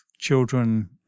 children